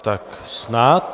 Tak snad.